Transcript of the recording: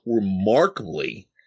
remarkably